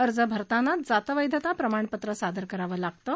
अर्ज भरतानाच जात वैधता प्रमाणपत्र सादर करावं लागतं